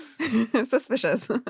Suspicious